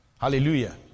Hallelujah